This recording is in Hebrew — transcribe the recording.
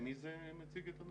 מי זה מציג את הנתון?